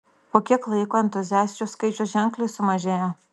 po kiek laiko entuziasčių skaičius ženkliai sumažėjo